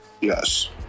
yes